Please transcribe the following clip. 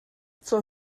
zur